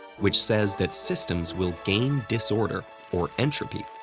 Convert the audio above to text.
which says that systems will gain disorder, or entropy,